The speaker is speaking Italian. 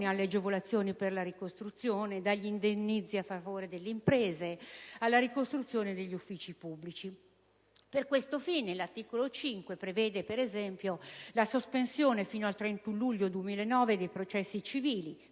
alle agevolazioni per la ricostruzione, dagli indennizzi a favore delle imprese, alla ricostruzione degli uffici pubblici. Per questo fine l'articolo 5 prevede, per esempio, la sospensione fino al 31 luglio 2009 dei processi civili,